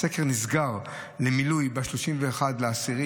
הסקר נסגר למילוי ב-31 באוקטובר,